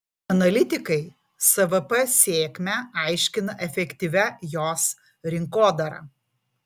analitikai svp sėkmę aiškina efektyvia jos rinkodara